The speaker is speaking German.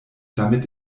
damit